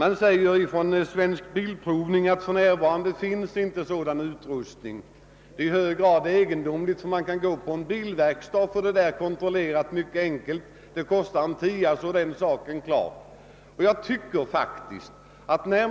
Aktiebolaget Svensk bilprovning säger, att det för närvarande inte finns någon utrustning för att kontrollera hastighetsmätarna. Detta är ett i hög grad egendomligt påstående, eftersom man på en bilverkstad kan få hastighetsmätaren kontrollerad för 10 kronor.